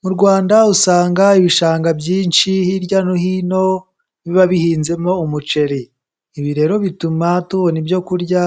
Mu Rwanda usanga ibishanga byinshi hirya no hino, biba bihinzemo umuceri, ibi rero bituma tubona ibyorya,